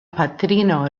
patrino